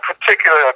particular